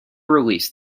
release